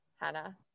Hannah